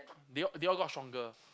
they they all got stronger